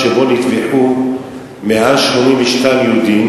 שבו נטבחו 182 יהודים,